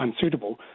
unsuitable